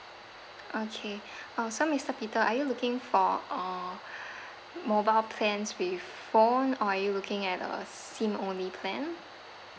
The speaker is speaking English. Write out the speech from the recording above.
okay so mister peter are you looking for uh mobile plans with phone or are you looking at a SIM only plan